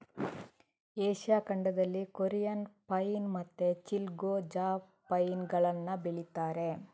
Asia ಖಂಡದಲ್ಲಿ Korean pine ಮತ್ತೆ chilgoza pine ಗಳನ್ನ ಬೆಳೀತಾರೆ